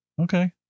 Okay